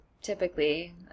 Typically